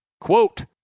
quote